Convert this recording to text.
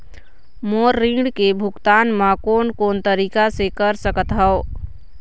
मोर ऋण के भुगतान म कोन कोन तरीका से कर सकत हव?